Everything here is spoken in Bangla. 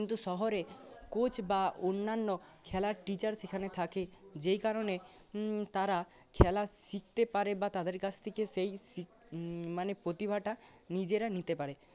কিন্তু শহরে কোচ বা অন্যান্য খেলার টিচার সেখানে থাকে যেই কারণে তারা খেলা শিখতে পারে বা তাঁদের কাছ থেকে সেই মানে প্রতিভাটা নিজেরা নিতে পারে